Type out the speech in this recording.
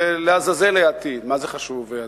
ולעזאזל העתיד, מה חשוב העתיד.